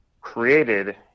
created